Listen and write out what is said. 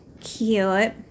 cute